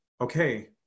okay